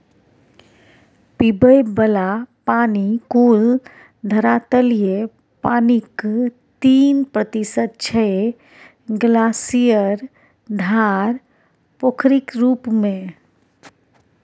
पीबय बला पानि कुल धरातलीय पानिक तीन प्रतिशत छै ग्लासियर, धार, पोखरिक रुप मे